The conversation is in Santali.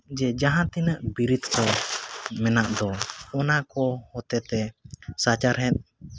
ᱡᱮ ᱡᱟᱦᱟᱸ ᱛᱤᱱᱟᱹᱜ ᱵᱤᱨᱤᱫ ᱠᱚ ᱢᱮᱱᱟᱜ ᱫᱚ ᱚᱱᱟ ᱠᱚ ᱦᱚᱛᱮᱫ ᱛᱮ ᱥᱟᱪᱟᱨᱦᱮᱫ